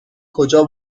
کجا